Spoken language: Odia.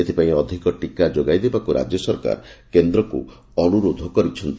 ଏଥିପାଇଁ ଅଧିକ ଟିକା ଯୋଗାଇ ଦେବାକୁ ରାଜ୍ୟ ସରକାର କେନ୍ଦ୍ରକୁ ଅନୁରୋଧ କରିଛନ୍ତି